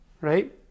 right